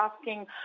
asking